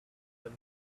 mass